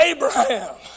Abraham